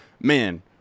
man